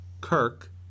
Kirk